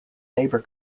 labor